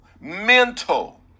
mental